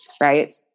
right